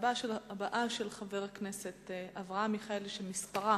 הרבה פעמים אני בוחר את הציר השני אבל אני נכנס לפקק גם